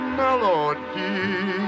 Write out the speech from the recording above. melody ¶¶